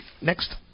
Next